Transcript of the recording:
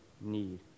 need